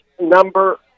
number